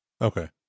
Okay